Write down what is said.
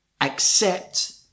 accept